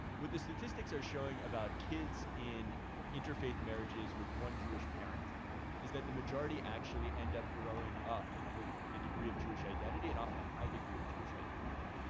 the statistics are showing about kids in interfaith marriages with one jewish parent is that the majority actually end up growing up with a degree of jewish identity and often a high degree of jewish identity.